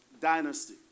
dynasty